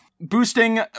boosting